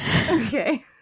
Okay